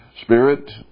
Spirit